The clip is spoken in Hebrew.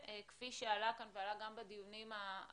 וכפי שעלה כאן ועלה גם בדיונים האחרונים